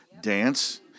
dance